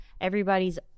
everybody's